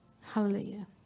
Hallelujah